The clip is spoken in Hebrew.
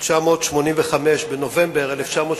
שבנובמבר 1985